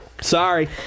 sorry